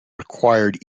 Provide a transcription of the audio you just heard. required